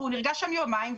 והוא נרגע שם יומיים,